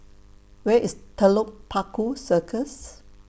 Where IS Telok Paku Circus